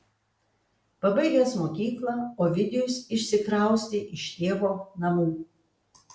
pabaigęs mokyklą ovidijus išsikraustė iš tėvo namų